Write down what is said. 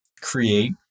create